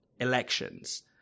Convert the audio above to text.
elections